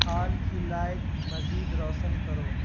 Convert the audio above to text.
حال کی لائٹ مزید روشن کرو